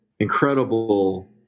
incredible